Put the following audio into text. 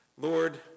Lord